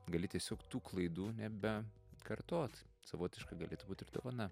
gali tiesiog tų klaidų nebe kartot savotiška galėtų būt ir dovana